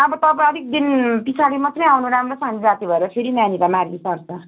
अब तपाईँ अलिक दिन पछाडि मात्र आउनु राम्रोसँगले जाती भएर फेरि नानीलाई मार्गी सर्छ